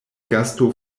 gasto